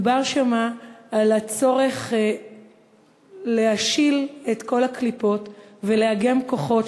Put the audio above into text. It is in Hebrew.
מדובר שם על הצורך להשיל את כל הקליפות ולאגם כוחות,